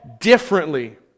differently